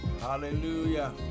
Hallelujah